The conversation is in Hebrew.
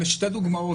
אלה שתי דוגמאות.